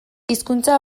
hizkuntza